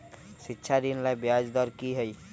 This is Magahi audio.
शिक्षा ऋण ला ब्याज दर कि हई?